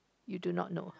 you do not know